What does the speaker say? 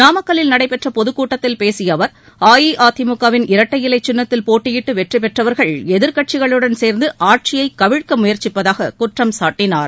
நாமக்கல்லில் நடைபெற்ற பொதுக்கூட்டத்தில் பேசிய அவர் அஇஅதிமுக வின் இரட்டை இலை சின்னத்தில் போட்டியிட்டு வெற்றி பெற்றவர்கள் எதிர்கட்சிகளுடன் சேர்ந்து ஆட்சியை கவிழ்க்க முயற்சிப்பதாக குற்றம் சாட்டினார்